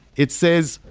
it says,